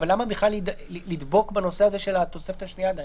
למה בכלל לדבוק בנושא הזה של התוספת השנייה עדיין?